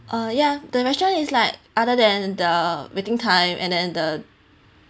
uh yeah the restaurant is like other than the waiting time and then the